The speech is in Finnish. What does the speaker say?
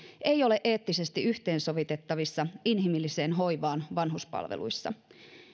ei ole eettisesti yhteensovitettavissa inhimilliseen hoivaan vanhuspalveluissa